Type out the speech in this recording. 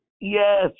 Yes